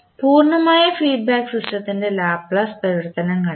പൂർണ്ണമായ ഫീഡ്ബാക്ക് സിസ്റ്റത്തിൻറെ ലാപ്ലേസ് പരിവർത്തനം കണ്ടെത്താൻ